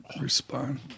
respond